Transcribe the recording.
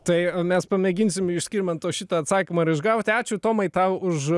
tai mes pamėginsim iš skirmanto šitą atsakymą ir išgauti ačiū tomai tau už